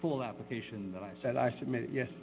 full application that i said i submit yes